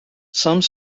some